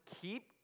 keep